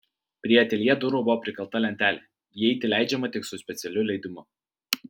prie ateljė durų buvo prikalta lentelė įeiti leidžiama tik su specialiu leidimu